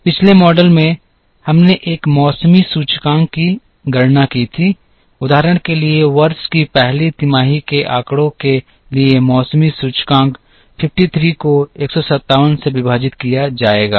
पिछले मॉडल में हमने एक मौसमी सूचकांक की गणना की थी उदाहरण के लिए वर्ष की पहली तिमाही के आंकड़ों के लिए मौसमी सूचकांक 53 को 157 से विभाजित किया जाएगा